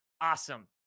awesome